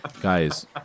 Guys